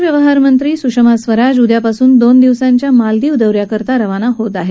परराष्ट्र व्यवहार मंत्री सुषमा स्वराज उद्यापासून दोन दिवसांच्या मालदीव दौ यासाठी रवाना होत आहेत